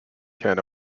can